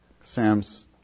Sam's